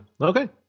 Okay